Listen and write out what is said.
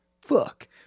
fuck